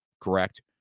Correct